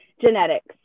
genetics